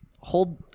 hold